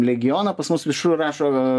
legioną pas mus višur rašo